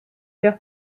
cœur